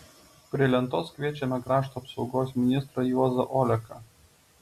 prie lentos kviečiame krašto apsaugos ministrą juozą oleką